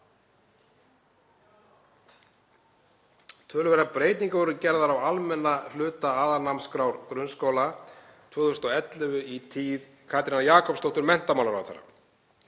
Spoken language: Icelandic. Töluverðar breytingar voru gerðar á almenna hluta aðalnámskrár grunnskóla 2011 í tíð Katrínar Jakobsdóttur menntamálaráðherra.